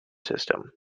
system